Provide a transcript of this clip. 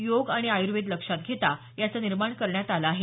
योग आणि आयुर्वेद लक्षात घेता याचं निर्माण करण्यात आलं आहे